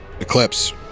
Eclipse